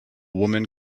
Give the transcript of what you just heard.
woman